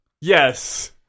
Yes